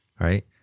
right